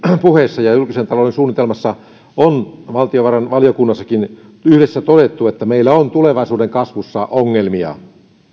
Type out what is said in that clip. puheissa ja julkisen talouden suunnitelmassa on valtiovarainvaliokunnassakin yhdessä todettu että meillä on tulevaisuuden kasvussa ongelmia